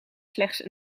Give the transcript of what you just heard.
slechts